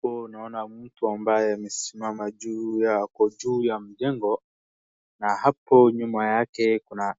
Hapo unaona mtu ambaye amesimama juu ya ako juu ya mjengo . Na hapo nyuma yake kuna